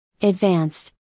advanced